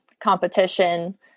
competition